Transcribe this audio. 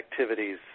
activities